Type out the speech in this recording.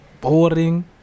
boring